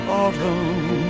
autumn